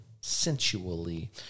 sensually